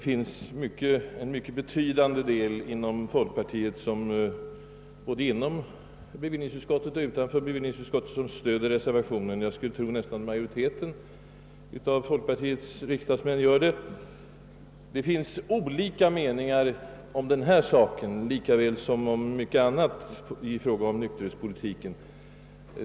En mycket betydande del av folkpartiet, både inom bevillningsutskottet och utanför detta, stöder reservationen; jag skulle tro att det nästan är fråga om majoriteten av folkpartiets riksdagsmän. Det finns olika meningar inom alla partier om detta spörsmål lika väl som om mycket annat i fråga om nykterhetspolitiken.